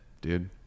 dude